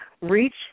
reach